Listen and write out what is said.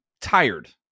tired